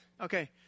Okay